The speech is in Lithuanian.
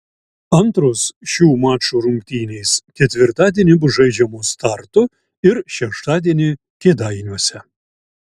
antros šių mačų rungtynės ketvirtadienį bus žaidžiamos tartu ir šeštadienį kėdainiuose